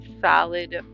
solid